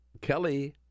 Kelly